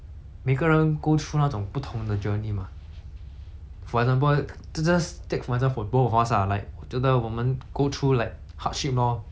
for example 就 just take for exam~ for both of us ah like 我觉得我们 go through like hardship lor when we were young 所以我们会觉得 like